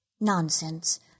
Nonsense